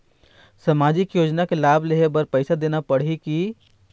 सामाजिक योजना के लाभ लेहे बर पैसा देना पड़ही की?